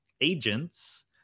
agents